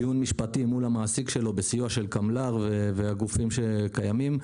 דיון משפטי מול המעסיק שלו בסיוע קמל"ר וגופים שקיימים,